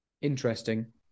interesting